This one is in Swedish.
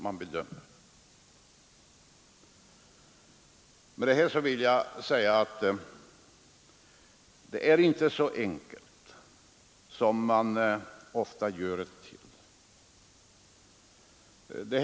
Med detta har jag velat säga att det inte är så enkelt som man ofta vill göra det.